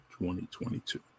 2022